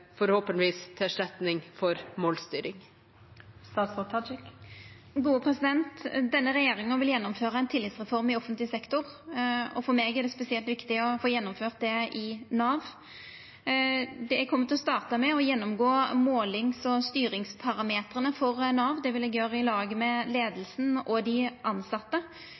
Denne regjeringa vil gjennomføra ein tillitsreform i offentleg sektor, og for meg er det spesielt viktig å få gjennomført det i Nav. Eg kjem til å starta med å gjennomgå målings- og styringsparametrane for Nav. Det vil eg gjera i lag med leiinga og dei